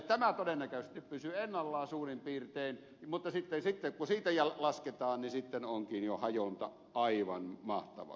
tämä todennäköisesti pysyy ennallaan suurin piirtein mutta sitten kun siitä lasketaan niin sitten onkin jo hajonta aivan mahtava kerta kaikkiaan